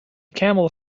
camel